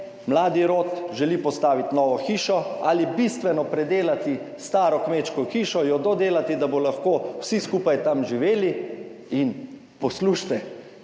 mladi rod želi postaviti novo hišo ali bistveno predelati staro kmečko hišo, jo dodelati, da bodo lahko vsi skupaj tam živeli in, poslušajte,